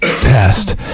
test